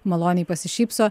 maloniai pasišypso